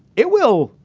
it will,